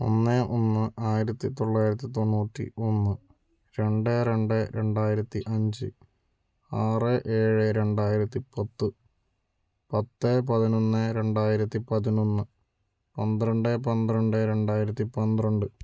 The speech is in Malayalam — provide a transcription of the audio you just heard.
ഒന്ന് ഒന്ന് ആയിരത്തിത്തൊള്ളായിരത്തി തൊണ്ണൂറ്റി ഒന്ന് രണ്ട് രണ്ട് രണ്ടായിരത്തി അഞ്ച് ആറ് ഏഴ് രണ്ടായിരത്തി പത്ത് പത്ത് പതിനൊന്ന് രണ്ടായിരത്തി പതിനൊന്ന് പന്ത്രണ്ട് പന്ത്രണ്ട് രണ്ടായിരത്തി പന്ത്രണ്ട്